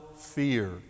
fear